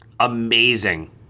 amazing